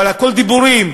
אבל הכול דיבורים,